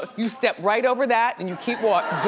ah you step right over that and you keep walk,